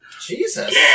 Jesus